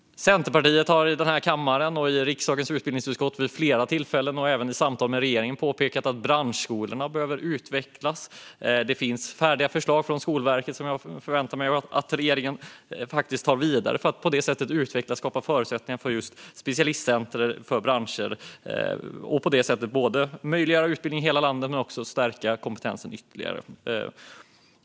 Centerpartiet har vid flera tillfällen här i kammaren, i riksdagens utbildningsutskott och i samtal med regeringen påpekat att branschskolorna behöver utvecklas. Det finns färdiga förslag från Skolverket som jag förväntar mig att regeringen tar vidare för att utveckla och skapa förutsättningar för specialistcenter för branscher. Då kan man möjliggöra utbildning i hela landet men också stärka kompetensen ytterligare.